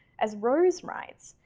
as rose writes,